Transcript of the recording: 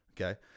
okay